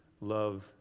love